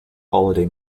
holiday